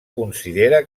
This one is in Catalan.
considera